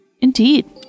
indeed